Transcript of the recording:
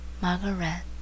Margaret